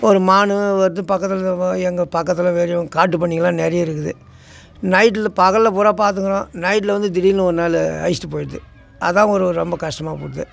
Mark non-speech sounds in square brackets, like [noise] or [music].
ஒரு மானு வருது பக்கத்தில் [unintelligible] எங்கள் பக்கத்தில் வெறும் காட்டு பன்றிங்கள்லாம் நிறைய இருக்குது நைட்டில் பகலில் பூரா பார்த்துக்குறோம் நைட்டில் வந்து திடீர்ன்னு ஒரு நாள் அழிச்சிட்டு போயிடுது அதான் ஒரு ரொம்ப கஸ்டமாக போயிடுது